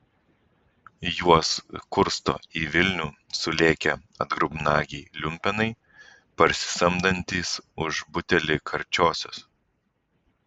juos kursto į vilnių sulėkę atgrubnagiai liumpenai parsisamdantys už butelį karčiosios